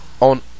on